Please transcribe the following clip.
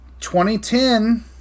2010